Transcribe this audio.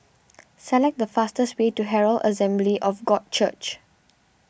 select the fastest way to Herald Assembly of God Church